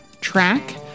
track